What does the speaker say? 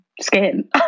skin